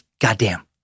goddamn